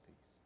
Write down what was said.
peace